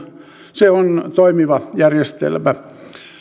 se on toimiva järjestelmä